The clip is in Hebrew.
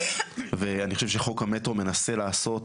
ואני חושב שחוק המטרו מנסה לעשות,